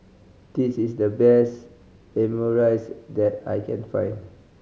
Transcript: this is the best Omurice that I can find